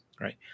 right